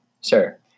Sir